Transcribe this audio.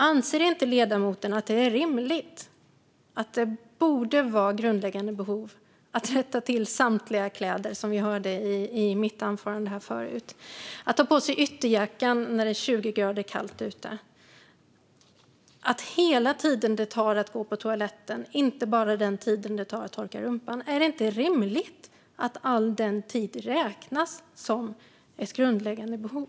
Anser inte ledamoten att det är rimligt att det är grundläggande behov att rätta till samtliga kläder, som vi hörde i mitt anförande här förut, och att ta på ytterjackan när det är 20 grader kallt ute? Är det inte rimligt att hela den tid som det tar att gå på toaletten, inte bara den tid det tar att torka rumpan, räknas som ett grundläggande behov?